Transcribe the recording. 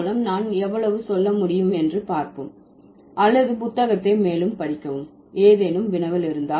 இதன் மூலம் நான் எவ்வளவு சொல்ல முடியும் என்று பார்ப்போம் அல்லது புத்தகத்தை மேலும் படிக்கவும் ஏதேனும் வினவல்